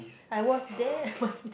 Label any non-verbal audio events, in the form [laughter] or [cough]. I was there [laughs]